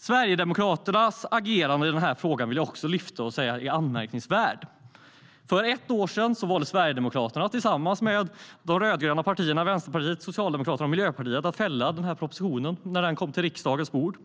Sverigedemokraternas agerande i frågan och säga att den är anmärkningsvärd. För ett år sedan valde Sverigedemokraterna tillsammans med de rödgröna partierna Vänsterpartiet, Miljöpartiet och Socialdemokraterna att fälla propositionen när den kom till riksdagens bord.